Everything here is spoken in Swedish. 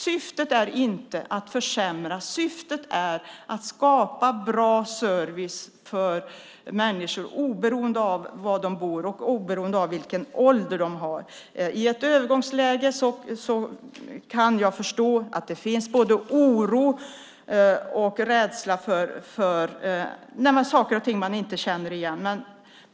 Syftet är inte att försämra. Syftet är att skapa bra service för människor oberoende av var de bor och oberoende av vilken ålder de har. I ett övergångsläge kan jag förstå att det finns både oro och rädsla inför saker man inte känner igen.